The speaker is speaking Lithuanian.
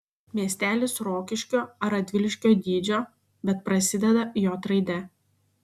miestelis rokiškio ar radviliškio dydžio bet prasideda j raide